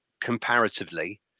comparatively